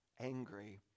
angry